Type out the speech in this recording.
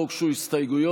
לא הוגשו הסתייגויות,